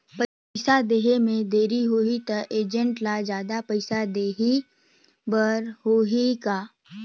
पइसा देहे मे देरी होही तो एजेंट ला जादा पइसा देही बर होही का?